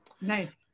Nice